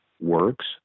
works